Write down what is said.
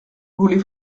voulez